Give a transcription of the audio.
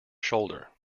shoulder